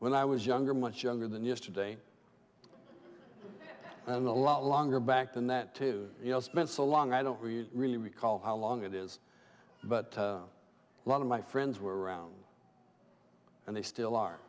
when i was younger much younger than yesterday and a lot longer back than that too you know it's been so long i don't really really recall how long it is but a lot of my friends were around and they still are